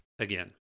Again